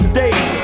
days